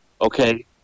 Okay